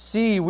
See